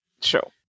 show